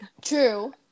True